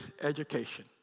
education